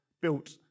built